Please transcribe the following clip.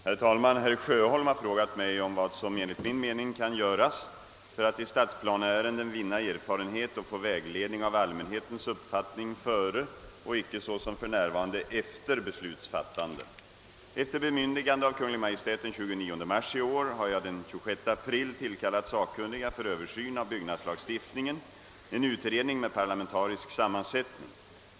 Herr talman! Herr Sjöholm har frågat mig om, vad som enligt min mening kan göras för att i stadsplaneärenden vinna erfarenhet och få vägledning av allmänhetens uppfattning före — och icke såsom för närvarande efter — besluts fattande. Efter bemyndigande av Kungl. Maj:t den 29 mars i år har jag den 26 april tillkallat sakkunniga för översyn av byggnadslagstiftningen, en utredning med parlamentarisk sammansättning.